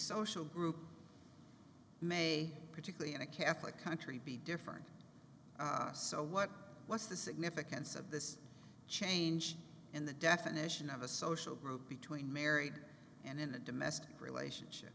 social group may particularly in a catholic country be different so what what's the significance of this change in the definition of a social group between married and in a domestic relationship